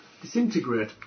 disintegrate